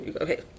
okay